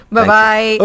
Bye-bye